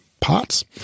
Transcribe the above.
parts